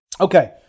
Okay